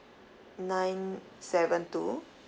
nine seven two